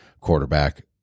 quarterback